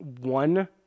one